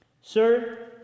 Sir